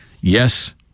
yes